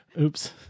Oops